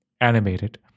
animated